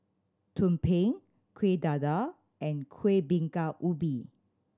tumpeng Kueh Dadar and Kueh Bingka Ubi